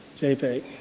JPEG